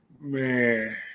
Man